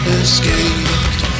escaped